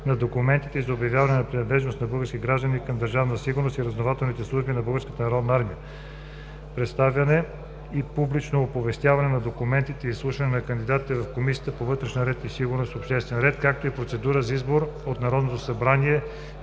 на документите и за обявяване на принадлежност на български граждани към Държавна сигурност и разузнавателните служби на Българската народна армия, представяне и публично оповестяване на документите и изслушването на кандидатите в Комисията по вътрешна сигурност и обществен ред, както и процедурата за избор от Народното събрание,